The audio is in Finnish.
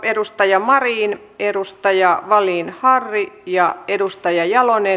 edustaja marin edustaja wallin harri ja edustaja jalonen